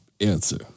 answer